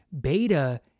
Beta